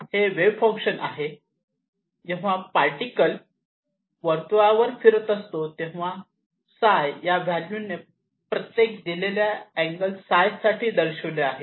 हे wave function आहे जेव्हा पार्टिकल वर्तुळावर फिरत असतो तेव्हा जे ψ या व्हॅल्यू ने प्रत्येक दिलेल्या अँगल φ साठी दर्शवले आहे